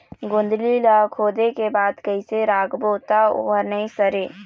गोंदली ला खोदे के बाद कइसे राखबो त ओहर नई सरे?